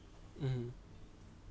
mm